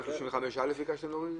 35(א) ביקשתם להוריד?